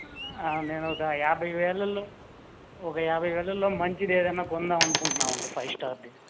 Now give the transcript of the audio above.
నేను ఒక యాబై వేలల్లో ఒక యాబై వేలల్లో మంచిదేదైనా కొందాం అనుకుంటున్నామండి ఫైవ్స్టార్ది